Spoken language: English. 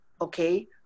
okay